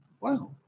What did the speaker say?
wow